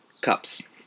cups